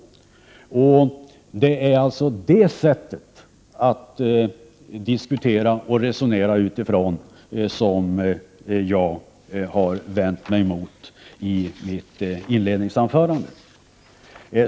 Det är alltså sättet att diskutera och resonera på som jag vände mig emot i mitt inledningsanförande.